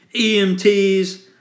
EMTs